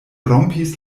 rompis